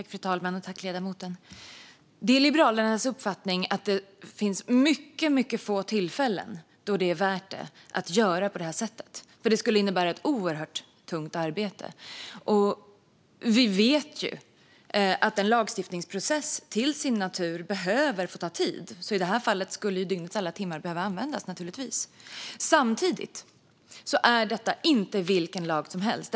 Fru talman! Det är Liberalernas uppfattning att det är mycket få tillfällen då det är värt att göra på det här sättet, för det skulle innebära ett oerhört tungt arbete. Vi vet ju att en lagstiftningsprocess till sin natur behöver få ta tid. I det här fallet skulle dygnets alla timmar behöva användas. Samtidigt är detta inte vilken lag som helst.